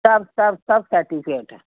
सभु सभु सभु सेटिफ़िकेट